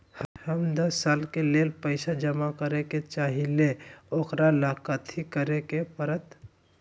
हम दस साल के लेल पैसा जमा करे के चाहईले, ओकरा ला कथि करे के परत?